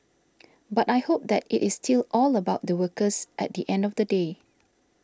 but I hope that it is still all about the workers at the end of the day